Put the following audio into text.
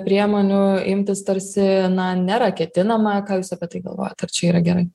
priemonių imtis tarsi na nėra ketinama ką jūs apie tai galvojat ar čia yra gerai